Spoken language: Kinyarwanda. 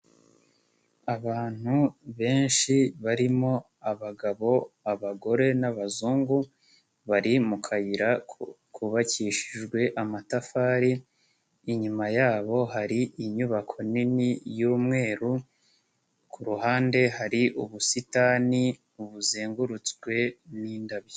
Abantu benshi barimo abagabo, abagore n'abazungu, bari mu kayira kubakishijwe amatafari, inyuma yabo hari inyubako nini y'umweru, ku ruhande hari ubusitani buzengurutswe n'indabyo.